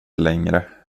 längre